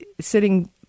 sitting